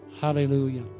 hallelujah